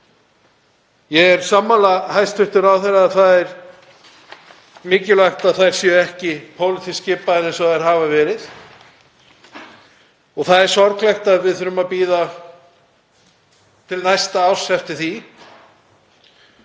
Ég er sammála hæstv. ráðherra að það er mikilvægt að þær séu ekki pólitískt skipaðir eins og þær hafa verið. Það er sorglegt að við þurfum að bíða til næsta árs eftir því.